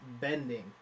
bending